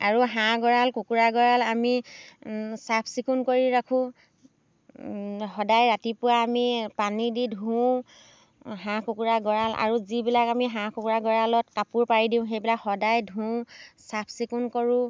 আৰু হাঁহ গঁড়াল কুকুৰা গঁড়াল আমি চাফ চিকুণ কৰি ৰাখোঁ সদায় ৰাতিপুৱা আমি পানী দি ধুওঁ হাঁহ কুকুৰা গঁড়াল আৰু যিবিলাক আমি হাঁহ কুকুৰা গঁড়ালত কাপোৰ পাৰি দিওঁ সেইবিলাক সদায় ধুওঁ চাফ চিকুণ কৰোঁ